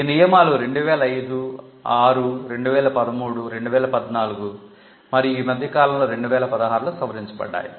ఈ నియమాలు 2005 2006 2013 2014 మరియు ఈ మధ్య కాలంలో 2016 లో సవరించబడ్డాయి